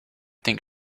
think